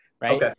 right